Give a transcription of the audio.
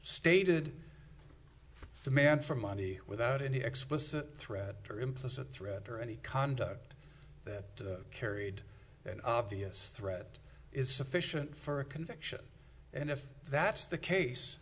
stated demand for money without any explicit threat or implicit threat or any conduct that carried an obvious threat is sufficient for a conviction and if that's the case